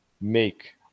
make